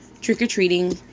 trick-or-treating